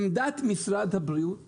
עמדת משרד הבריאות הרשמית,